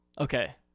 okay